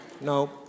no